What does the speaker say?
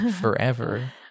forever